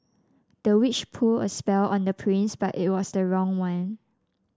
the witch pull a spell on the prince but it was the wrong one